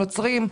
נוצרים,